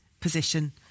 position